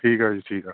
ਠੀਕ ਆ ਜੀ ਠੀਕ ਆ